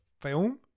film